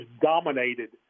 dominated